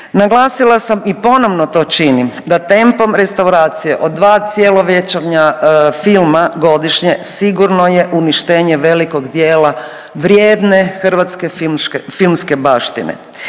Naglasila sam i ponovno to činim da tempom restauracije od dva cjelovečernja filma godišnje sigurno je uništenje velikog dijela vrijedne hrvatske filmske baštine.